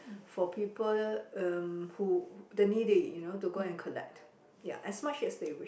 for people um who the needy you know to go and collect ya as much as they wish